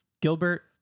Gilbert